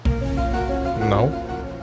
No